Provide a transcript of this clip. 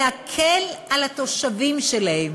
להקל על התושבים שלהן